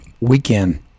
weekend